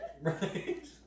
Right